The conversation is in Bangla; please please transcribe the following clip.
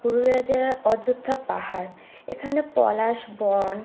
পুরুলিয়া জেলার অযোধ্যা পাহাড় এখানে পলাশ বন